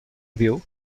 view